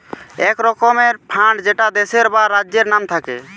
এক রকমের ফান্ড যেটা দেশের বা রাজ্যের নাম থাকে